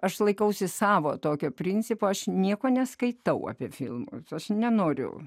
aš laikausi savo tokio principo aš nieko neskaitau apie filmus aš nenoriu